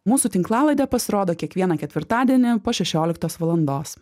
mūsų tinklalaidė pasirodo kiekvieną ketvirtadienį po šešioliktos valandos